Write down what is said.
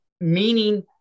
meaning